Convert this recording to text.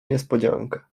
niespodziankę